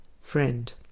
Friend